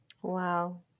¡Wow